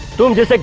don't give like